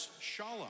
Shalom